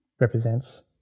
represents